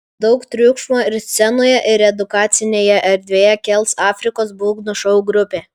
daug triukšmo ir scenoje ir edukacinėje erdvėje kels afrikos būgnų šou grupė